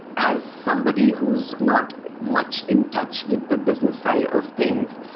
as somebody who's not much in touch with the business side of things,